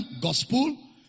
Gospel